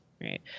Right